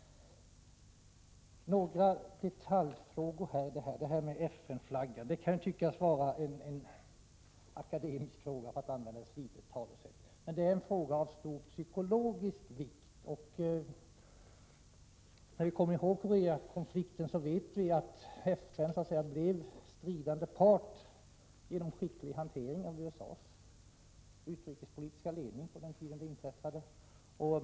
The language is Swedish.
Några detaljfrågor: Detta med FN-flaggan kan ju tyckas vara en akademisk fråga, för att nu använda ett slitet talesätt, men det är en fråga av stor psykologisk vikt. Vi som kommer ihåg Koreakonflikten vet att FN blev stridande part genom skicklig hantering av USA:s utrikespolitiska ledning på den tiden.